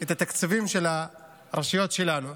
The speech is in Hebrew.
את התקציבים של הרשויות שלנו.